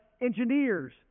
engineers